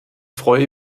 freue